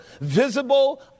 visible